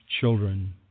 children